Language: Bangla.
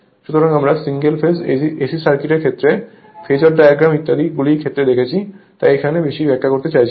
সুতরাং আমরা single phase AC circuit phasor diagram ইত্যাদি গুলিতে দেখেছি তাই এখানে বেশি ব্যাখ্যা করতে চাইছি না